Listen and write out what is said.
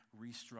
restructure